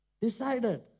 decided